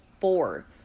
four